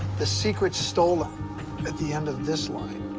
the secret stolen at the end of this line.